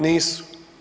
Nisu.